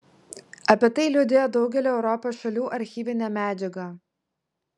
apie tai liudija daugelio europos šalių archyvinė medžiaga